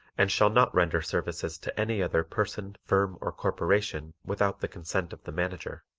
and shall not render services to any other person, firm or corporation without the consent of the manager.